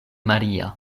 maria